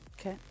Okay